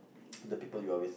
the people you are with